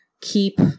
keep